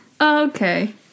Okay